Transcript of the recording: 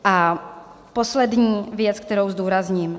A poslední věc, kterou zdůrazním.